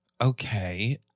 Okay